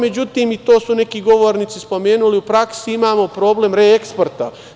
Međutim, i to su neki govornici spomenuli, u praksi imamo problem reeksporta.